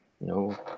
No